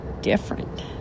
different